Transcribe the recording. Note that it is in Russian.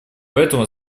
поэтому